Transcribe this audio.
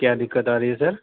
کیا دقت آ رہی ہے سر